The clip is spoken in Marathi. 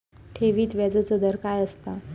ठेवीत व्याजचो दर काय असता?